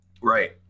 Right